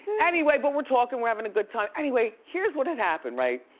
and anyway, but we're talking, we're having a good time, anyway, here's what had happened, right?